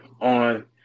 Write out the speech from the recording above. on